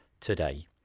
today